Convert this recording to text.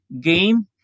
Game